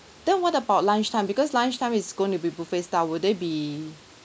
then what about lunchtime because lunchtime is going to be buffet style would they be